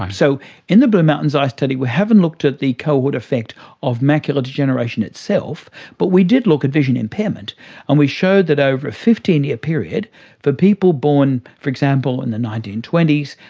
so in the blue mountains eye study we haven't looked at the cohort effect of macular degeneration itself but we did look at vision impairment and we showed that over fifteen year period for people born, for example in the nineteen twenty s,